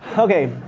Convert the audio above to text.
okay.